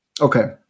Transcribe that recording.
Okay